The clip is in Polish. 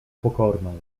pokorną